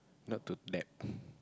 not to nap